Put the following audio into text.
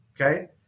okay